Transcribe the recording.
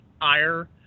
ire